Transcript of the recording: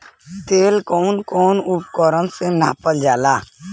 तेल कउन कउन उपकरण से नापल जाला?